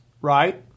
right